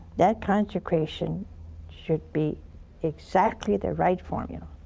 that consecration should be exactly the right formula